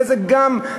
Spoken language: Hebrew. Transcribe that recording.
גם נזק בפועל,